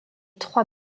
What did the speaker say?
trois